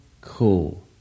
cool